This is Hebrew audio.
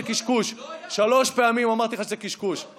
כשיש חקיקה שכופה על הישראלים לאכול רק